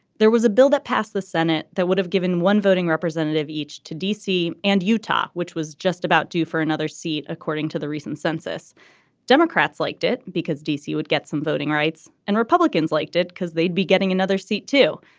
there was a bill that passed the senate that would have given one voting representative each to d c. and utah which was just about due for another seat according to the recent census democrats liked it because d c. would get some voting rights rights and republicans liked it because they'd be getting another seat too.